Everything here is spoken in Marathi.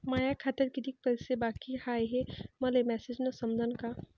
माया खात्यात कितीक पैसे बाकी हाय हे मले मॅसेजन समजनं का?